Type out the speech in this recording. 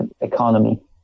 economy